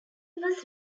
was